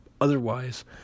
otherwise